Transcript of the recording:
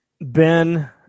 Ben